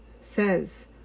says